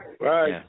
right